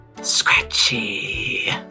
Scratchy